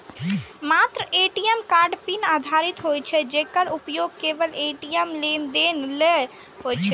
मात्र ATM card pin आधारित होइ छै, जेकर उपयोग केवल ए.टी.एम लेनदेन लेल होइ छै